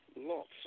lots